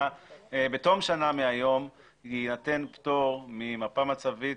שבתום שנה מהיום יינתן פטור ממפה מצבית